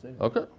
Okay